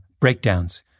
breakdowns